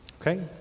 Okay